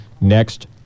next